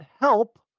help